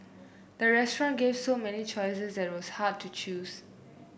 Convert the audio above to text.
the restaurant gave so many choices that was hard to choose